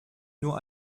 nur